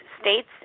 states